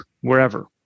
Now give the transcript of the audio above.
wherever